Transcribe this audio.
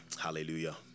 Hallelujah